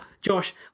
Josh